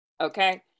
okay